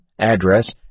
address